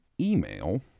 email